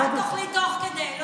אל תאכלי תוך כדי.